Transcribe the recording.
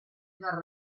dal